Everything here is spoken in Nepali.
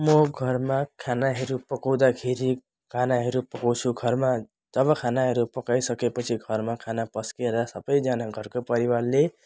म घरमा खानाहरू पकाउँदाखेरि खानाहरू पकाउँछु घरमा जब खानाहरू पकाइसकेपछि घरमा खाना पस्केर सबैजना घरको परिवारले